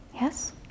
Yes